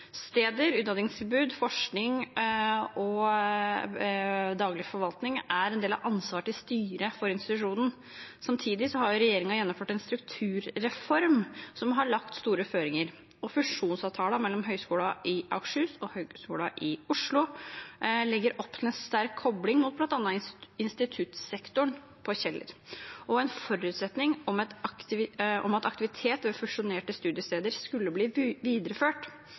utdanningstilbud, forskning og daglig forvaltning er en del av ansvaret til styret for institusjonen. Samtidig har regjeringen gjennomført en strukturreform som har lagt store føringer. Fusjonsavtalen mellom Høgskolen i Akershus og Høgskolen i Oslo legger opp til en sterk kobling mot bl.a. instituttsektoren på Kjeller og en forutsetning om at aktivitet ved fusjonerte studiesteder skulle bli videreført.